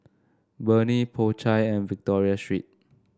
Burnie Po Chai and Victoria Secret